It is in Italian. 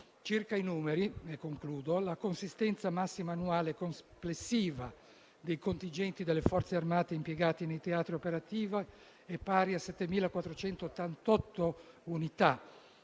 Circa i numeri, in conclusione, la consistenza massima annuale complessiva dei contingenti delle Forze armate impiegati nei teatri operativi è pari a 7.488 unità,